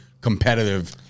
competitive